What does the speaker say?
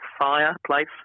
fireplace